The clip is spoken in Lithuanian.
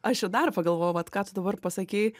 aš čia dar pagalvojau vat ką tu dabar pasakei